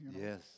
Yes